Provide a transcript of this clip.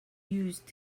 used